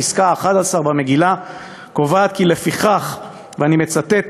הפסקה ה-11 במגילה קובעת: "לפיכך" ואני מצטט,